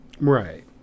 right